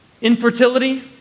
Infertility